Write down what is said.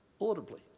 Audibly